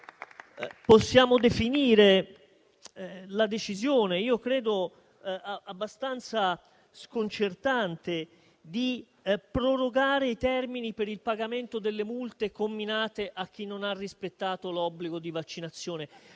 possiamo definire la decisione - credo abbastanza sconcertante - di prorogare i termini per il pagamento delle multe comminate a chi non ha rispettato l'obbligo di vaccinazione?